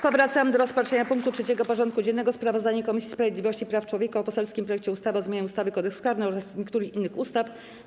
Powracamy do rozpatrzenia punktu 3. porządku dziennego: Sprawozdanie Komisji Sprawiedliwości i Praw Człowieka o poselskim projekcie ustawy o zmianie ustawy - Kodeks karny oraz niektórych innych ustaw.